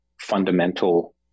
fundamental